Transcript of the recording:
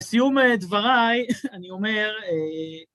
סיום דבריי, אני אומר.